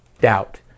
doubt